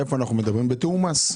אנחנו מדברים בתיאום מס.